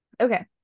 Okay